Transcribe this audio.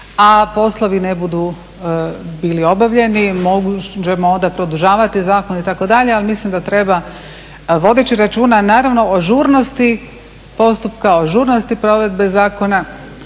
a poslovi ne budu bili obavljeni, možemo onda produžavat zakon itd. ali mislim da treba vodeći računa naravno o žurnosti postupka, o žurnosti provedbi zakona,